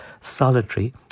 solitary